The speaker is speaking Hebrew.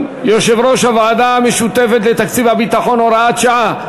יושב-ראש הוועדה המשותפת לתקציב הביטחון) (הוראת שעה),